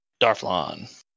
Darflon